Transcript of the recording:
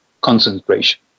concentration